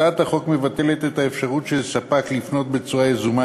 הצעת החוק מבטלת את האפשרות של ספק לפנות בצורה יזומה